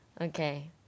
Okay